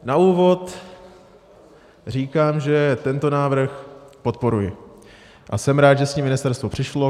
Na úvod říkám, že tento návrh podporuji a jsem rád, že s ním ministerstvo přišlo.